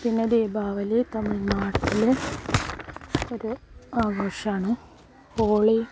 പിന്നെ ദീപാവലി തമിഴ്നാട്ടിലെ ഒരു ആഘോഷമാണ് ഹോളി